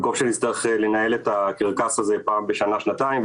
במקום שנצטרך לנהל את הקרקס הזה פעם בשנה-שנתיים,